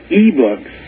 e-books